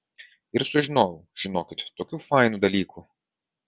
ir sužinojau žinokit tokių fainų dalykų